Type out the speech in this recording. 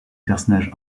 personnages